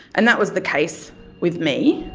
and that was the case with me.